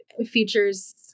features